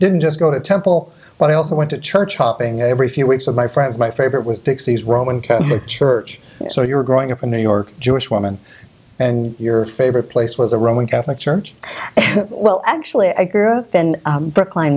didn't just go to temple but i also went to church hopping every few weeks with my friends my favorite was dixie's roman catholic church so you're growing up in new york jewish woman and your favorite place was the roman catholic church well actually i grew up in brookline